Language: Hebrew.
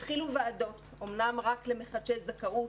התחילו ועדות אמנם רק למחדשי זכאות